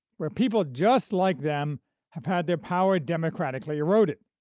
where people just like them have had their power democratically eroded.